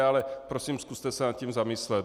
Ale prosím, zkuste se nad tím zamyslet.